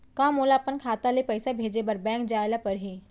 का मोला अपन खाता ले पइसा भेजे बर बैंक जाय ल परही?